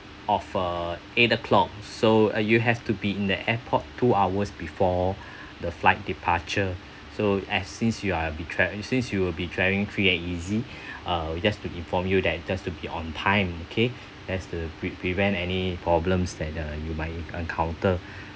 of uh eight o'clock so uh you have to be in the airport two hours before the flight departure so as since you are be tra~ since you will be travelling free and easy uh we just to inform you that just to be on time okay that's a pre~ prevent any problems that uh you might encounter